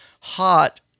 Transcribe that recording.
hot